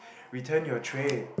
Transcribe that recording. return your tray